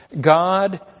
God